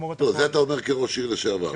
זה אתה אומר כראש עיר לשעבר.